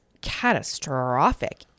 catastrophic